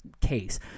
case